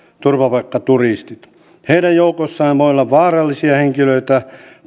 turvapaikkaturistit heidän joukossaan voi olla vaarallisia henkilöitä